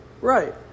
right